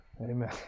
Amen